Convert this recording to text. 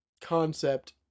concept